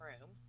room